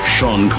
Sean